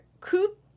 Coop